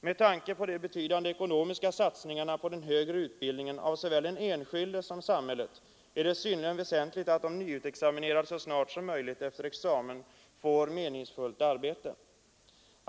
Med tanke på de betydande ekonomiska satsningarna på den högre utbildningen av såväl den enskilde som samhället är det synnerligen väsentligt att de nyutexaminerade så snart som möjligt efter examen får meningsfullt arbete.